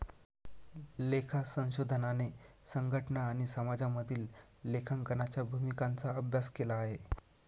लेखा संशोधनाने संघटना आणि समाजामधील लेखांकनाच्या भूमिकांचा अभ्यास केला आहे